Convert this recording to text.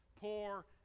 poor